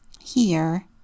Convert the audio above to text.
Here